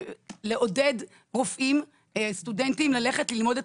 מנת לעודד רופאים וסטודנטים ללכת וללמוד את